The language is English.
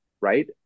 right